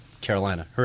Carolina